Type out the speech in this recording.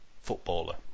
footballer